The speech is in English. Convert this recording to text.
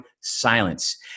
silence